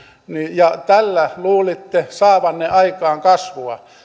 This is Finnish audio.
ja tällä luulitte saavanne aikaan kasvua